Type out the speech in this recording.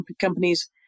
companies